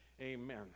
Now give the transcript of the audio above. Amen